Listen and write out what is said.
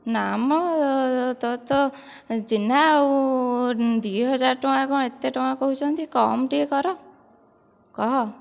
ନା ମ ତୋର ତ ଚିହ୍ନା ଆଉ ଦୁଇ ହଜାର ଟଙ୍କା କ'ଣ ଏତେ ଟଙ୍କା କହୁଛନ୍ତି କମ ଟିକିଏ କର କହ